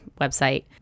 website